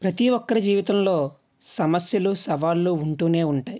ప్రతి ఒక్కరి జీవితంలో సమస్యలు సవాళ్ళు ఉంటూనే ఉంటాయి